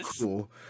cool